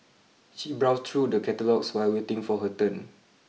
she browsed through the catalogues while waiting for her turn